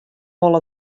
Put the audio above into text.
wol